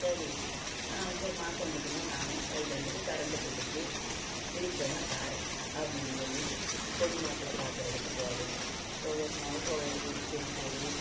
சரி நான் சரி மாதம் இம்புட்டுன்னு நானும் கையில் உள்ளது கரண்ட்டு பில்லுக்கு இதுக்கு வேணால் தாரேன் அப்படின்னு சொல்லி பொண்ணு மாப்பிள்ளை பார்க்குறதுக்கு போவேன் ஒவ்வொரு நாளைக்கும் ஒவ்வொரு ஊர் திருப்பூர்